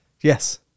Yes